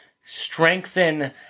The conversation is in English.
strengthen